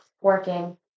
working